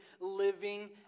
living